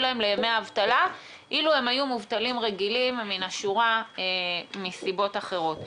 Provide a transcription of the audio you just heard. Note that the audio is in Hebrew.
שלהם לימי האבטלה אילו הם היו מובטלים רגילים מן השורה מסיבות אחרות.